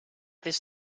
this